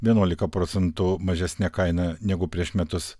vienuolika procentų mažesne kaina negu prieš metus